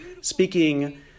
speaking